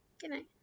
Goodnight